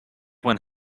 when